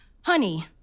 Honey